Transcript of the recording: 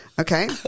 okay